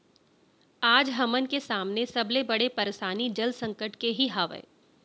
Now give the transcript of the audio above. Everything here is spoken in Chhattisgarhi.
आज हमन के सामने सबले बड़े परसानी जल संकट के ही हावय